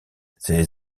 ses